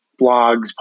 blogs